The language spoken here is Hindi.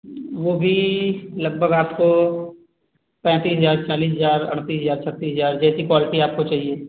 वो भी लगभग आपको पैंतीस हजार चालीस हजार अड़तीस हजार तक छत्तीस हजार जैसी क्वालिटी आपको चाहिये